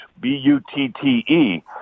B-U-T-T-E